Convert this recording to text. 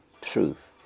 truth